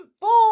born